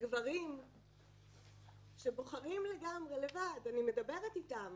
מגברים שבוחרים לגמרי לבד, אני מדברת איתם.